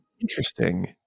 interesting